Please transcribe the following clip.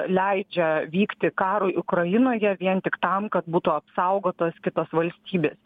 leidžia vykti karui ukrainoje vien tik tam kad būtų apsaugotos kitos valstybės